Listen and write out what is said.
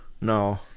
No